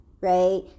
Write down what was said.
right